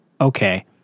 Okay